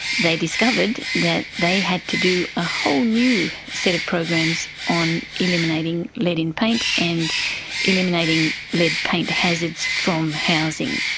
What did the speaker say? they discovered that they had to do a whole new set of programs on eliminating lead in paint and eliminating lead paint hazards from housing.